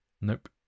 nope